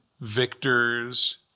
victor's